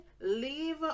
leave